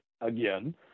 again